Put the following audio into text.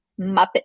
Muppet